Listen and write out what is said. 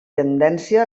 tendència